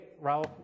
Ralph